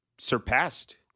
Surpassed